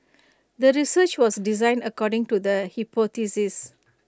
the research was designed according to the hypothesis